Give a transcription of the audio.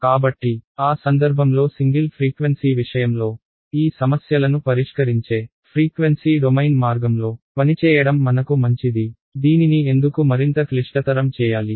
కాబట్టి ఆ సందర్భంలో సింగిల్ ఫ్రీక్వెన్సీ విషయంలో ఈ సమస్యలను పరిష్కరించే ఫ్రీక్వెన్సీ డొమైన్ మార్గంలో పనిచేయడం మనకు మంచిది దీనిని ఎందుకు మరింత క్లిష్టతరం చేయాలి